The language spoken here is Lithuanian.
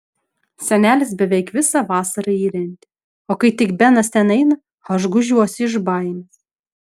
senelis beveik visą vasarą jį rentė o kai tik benas ten eina aš gūžiuosi iš baimės